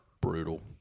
brutal